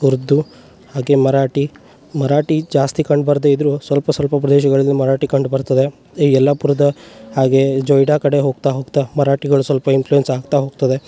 ಉರ್ದು ಹಾಗೆ ಮರಾಠಿ ಮರಾಠಿ ಜಾಸ್ತಿ ಕಂಡುಬರ್ದೇ ಇದ್ದಾರೋ ಸ್ವಲ್ಪ ಸ್ವಲ್ಪ ಪ್ರದೇಶಗಳಲ್ಲಿ ಮರಾಠಿ ಕಂಡು ಬರ್ತದೆ ಈಗ ಯಲ್ಲಾಪುರದ ಹಾಗೆ ಜೊಯ್ಡಾ ಕಡೆ ಹೋಗ್ತಾ ಹೋಗ್ತಾ ಮರಾಠಿಗಳ ಸ್ವಲ್ಪ ಇನ್ಫ್ಲುಯೆನ್ಸ್ ಆಗ್ತಾ ಹೋಗ್ತದೆ